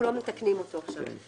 אנחנו לא מתקנים אותו עכשיו.